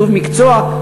כתוב: מקצוע,